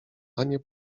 anię